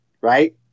right